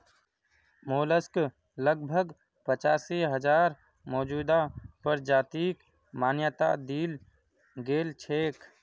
mollusc लगभग पचासी हजार मौजूदा प्रजातिक मान्यता दील गेल छेक